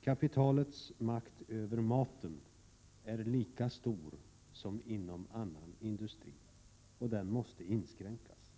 Kapitalets makt är lika stor över maten som över andra industriprodukter och den måste inskränkas.